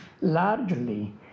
largely